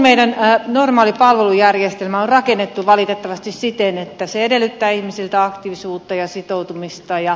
meidän normaali palvelujärjestelmä on rakennettu valitettavasti siten että se edellyttää ihmisiltä aktiivisuutta ja sitoutumista